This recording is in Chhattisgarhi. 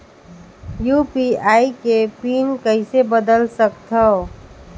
यू.पी.आई के पिन कइसे बदल सकथव?